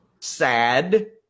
Sad